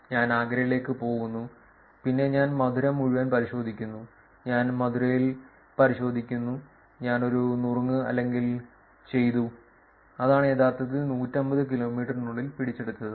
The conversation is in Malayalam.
ഞാൻ ആഗ്രയിലേക്ക് പോകുന്നു പിന്നെ ഞാൻ മഥുര മുഴുവൻ പരിശോധിക്കുന്നു ഞാൻ മഥുരയിൽ പരിശോധിക്കുന്നു ഞാൻ ഒരു നുറുങ്ങ് അല്ലെങ്കിൽ ചെയ്തു അതാണ് യഥാർത്ഥത്തിൽ 150 കിലോമീറ്ററിനുള്ളിൽ പിടിച്ചെടുത്തത്